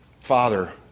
father